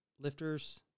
lifters